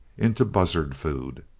into buzzard food.